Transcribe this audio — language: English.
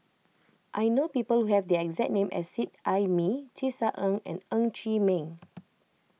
I know people who have the exact name as Seet Ai Mee Tisa Ng and Ng Chee Meng